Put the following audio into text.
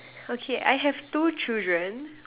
okay I have two children